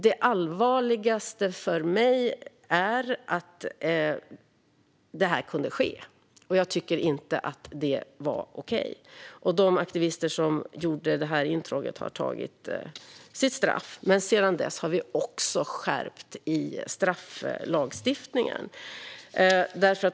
Det allvarligaste tycker jag är att det här kunde ske. Jag tycker inte att det var okej, och de aktivister som gjorde intrånget har tagit sitt straff. Sedan dess har vi skärpt strafflagstiftningen.